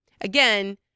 Again